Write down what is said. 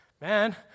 man